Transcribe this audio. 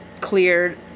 cleared